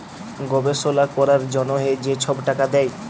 গবেষলা ক্যরার জ্যনহে যে ছব টাকা দেয়